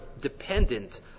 dependent